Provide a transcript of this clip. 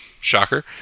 shocker